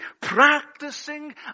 practicing